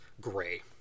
gray